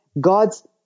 God's